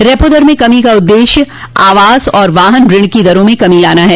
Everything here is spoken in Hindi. रेपो दर में कमी का उददेश्य आवास और वाहन ऋण की दरों में कमी लाना है